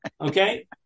Okay